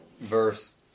verse